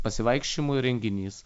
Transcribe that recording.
pasivaikščiojimų įrenginys